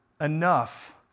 enough